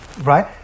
right